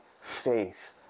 faith